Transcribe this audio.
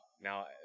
now